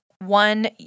one